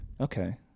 okay